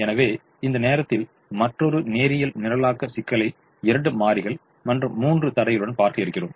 எனவே இந்த நேரத்தில் மற்றொரு நேரியல் நிரலாக்க சிக்கலை இரண்டு மாறிகள் மற்றும் மூன்று தடைகளுடன் பார்க்க இருக்கிறோம்